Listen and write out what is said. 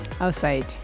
outside